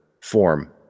form